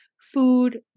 food